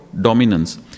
dominance